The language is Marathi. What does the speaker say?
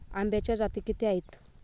आंब्याच्या जाती किती आहेत?